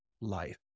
life